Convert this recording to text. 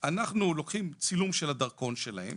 אנחנו לוקחים צילום של הדרכון שלהם